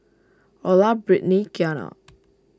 Orla Britni Kiana